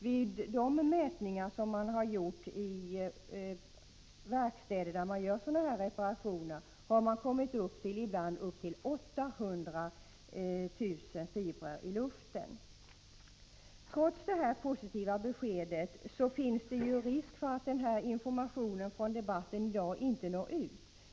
Vid de mätningar som har gjorts i verkstäder där man utför sådana här reparationer har det ibland uppmätts upp till 800 000 fibrer per m? luft. Det finns risk för att det positiva beskedet från dagens debatt inte når ut.